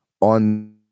on